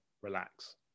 relax